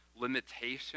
limitation